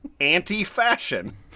Anti-Fashion